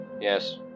Yes